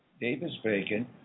Davis-Bacon